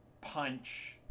Punch